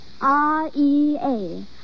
R-E-A